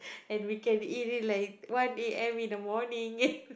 and we can eat it like one A_M in the morning and we